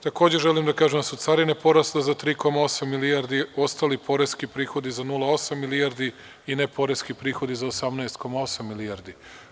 Takođe, želim da kažem da su carine porasle za 3,8 milijardi, ostali poreski prihodi za 0,8 milijardi i neporeski prihodi za 18,8 milijardi.